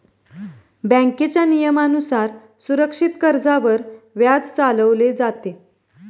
बँकेच्या नियमानुसार सुरक्षित कर्जावर व्याज चालवले जाते